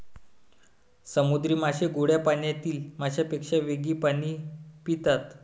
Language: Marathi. समुद्री मासे गोड्या पाण्यातील माशांपेक्षा वेगळे पाणी पितात